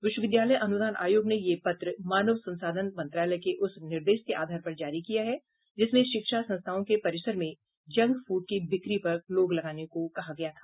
विश्वविद्यालय अनुदान आयोग ने यह पत्र मानव संसाधन मंत्रालय के उस निर्देश के आधार पर जारी किया है जिसमें शिक्षा संस्थाओं के परिसर में जंक फूड की बिक्री पर रोक लगाने को कहा गया था